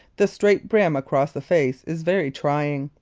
the straight brim across the face is very trying.